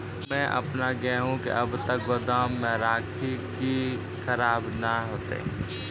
हम्मे आपन गेहूँ के कब तक गोदाम मे राखी कि खराब न हते?